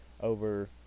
over